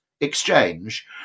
exchange